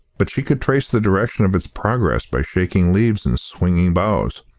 but she could trace the direction of its progress by shaking leaves and swinging boughs.